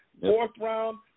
fourth-round